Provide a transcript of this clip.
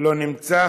לא נמצא,